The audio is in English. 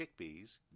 chickpeas